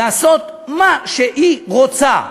לעשות מה שהיא רוצה.